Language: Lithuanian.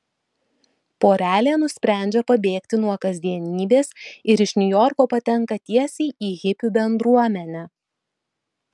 porelė nusprendžia pabėgti nuo kasdienybės ir iš niujorko patenka tiesiai į hipių bendruomenę